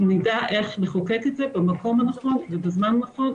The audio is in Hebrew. נדע איך לחוקק את זה במקום הנכון ובזמן הנכון.